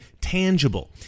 tangible